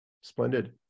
splendid